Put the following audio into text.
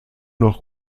noch